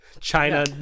China